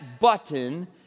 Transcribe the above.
button